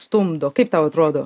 stumdo kaip tau atrodo